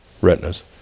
retinas